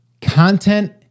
content